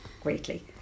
greatly